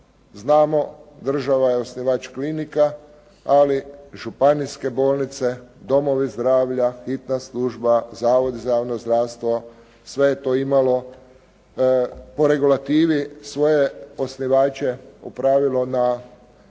znamo, država je osnivač klinika, ali županijske bolnice, domovi zdravlja, hitna služba, Zavod za javno zdravstvo, sve je to imalo po regulativi svoje osnivače u pravilu na